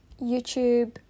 YouTube